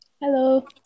Hello